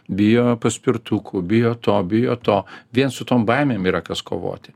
bijo paspirtukų bijo to bijo to vien su tom baimėm yra kas kovoti